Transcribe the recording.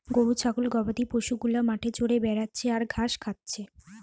গরু ছাগল গবাদি পশু গুলা মাঠে চরে বেড়াচ্ছে আর ঘাস খাচ্ছে